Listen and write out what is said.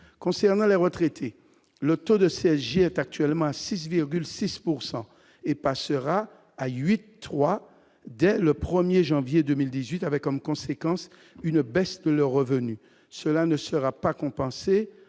concernant les retraités, le taux de CSG est actuellement à 6,6 pourcent et et passera à 8 3 dès le 1er janvier 2018, avec comme conséquence une baisse de leurs revenus, cela ne sera pas compensée